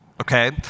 okay